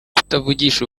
kutavugisha